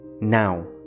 Now